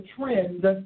trend